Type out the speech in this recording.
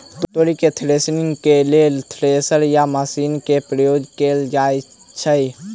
तोरी केँ थ्रेसरिंग केँ लेल केँ थ्रेसर या मशीन केँ प्रयोग कैल जाएँ छैय?